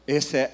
Esse